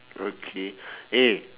okay eh